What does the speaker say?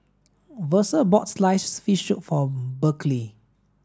Versa bought sliced fish soup for Berkley